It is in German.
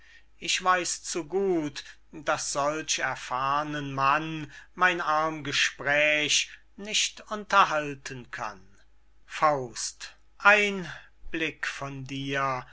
ich weiß zu gut daß solch erfahrnen mann mein arm gespräch nicht unterhalten kann ein blick von dir